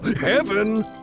Heaven